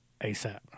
ASAP